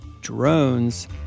drones